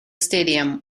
stadium